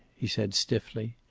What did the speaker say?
he said stiffly.